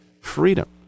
freedom